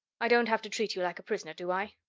i don't have to treat you like a prisoner, do i?